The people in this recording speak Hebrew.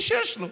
מי שיש לו.